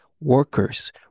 workers